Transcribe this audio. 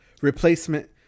replacement